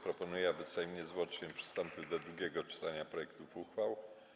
Proponuję, aby Sejm niezwłocznie przystąpił do drugiego czytania projektów uchwał.